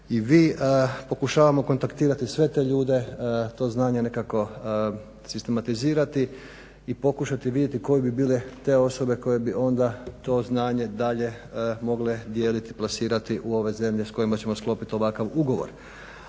i mi pokušavamo kontaktirati sve te ljude, to znanje nekako sistematizirati i pokušati vidjeti koje bi bile te osobe koje bi onda to znanje dalje mogle dijeliti i plasirati u ove zemlje s kojima ćemo sklopit ovakav ugovor.